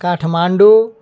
Kathmandu